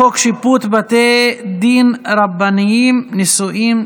שבעה חברי כנסת בעד, אפס מתנגדים, אפס נמנעים.